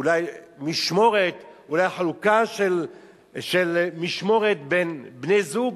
אולי משמורת, אולי חלוקה של משמורת בין בני-זוג.